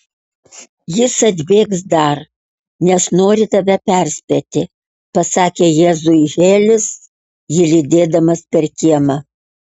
jis atbėgs dar nes nori tave perspėti pasakė jėzui helis jį lydėdamas per kiemą